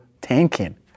tanking